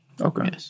Okay